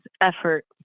effort